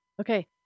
Okay